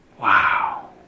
Wow